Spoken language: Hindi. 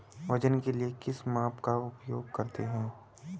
वजन के लिए किस माप का उपयोग करते हैं?